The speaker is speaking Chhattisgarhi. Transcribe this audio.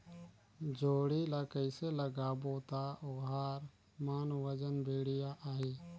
जोणी ला कइसे लगाबो ता ओहार मान वजन बेडिया आही?